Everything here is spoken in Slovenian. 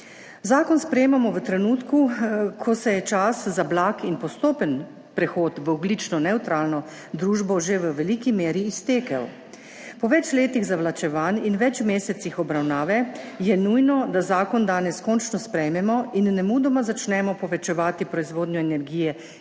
Zakon sprejemamo v trenutku, ko se je čas za blag in postopen prehod v ogljično nevtralno družbo že v veliki meri iztekel. Po več letih zavlačevanj in več mesecih obravnave je nujno, da zakon danes končno sprejmemo in nemudoma začnemo povečevati proizvodnjo energije iz